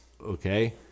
okay